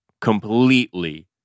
completely